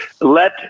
let